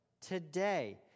today